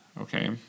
okay